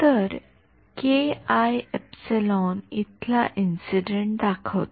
तर इथला इंसिडेन्ट दाखवते